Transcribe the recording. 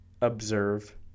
observe